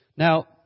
Now